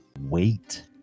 wait